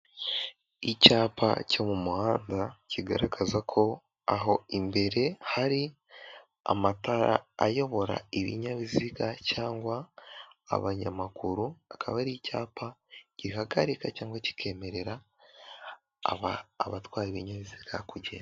Icyapa cyo mu muhanda kigaragaza ko aho imbere hari amatara ayobora ibinyabiziga cyangwa abanyamaguru, akaba ari icyapa gihagarika cyangwa kikemerera abatwara ibinyabiziga kugenda.